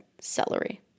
celery